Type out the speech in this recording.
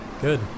Good